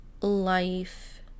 life